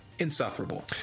Insufferable